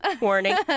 Warning